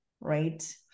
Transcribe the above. right